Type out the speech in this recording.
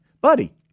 Buddy